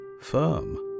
firm